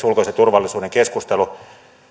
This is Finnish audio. ulkoisen turvallisuuden keskustelu